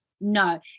No